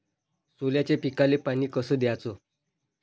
सोल्याच्या पिकाले पानी कस द्याचं?